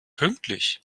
pünktlich